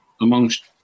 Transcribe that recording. amongst